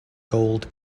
gold